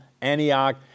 Antioch